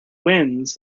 winds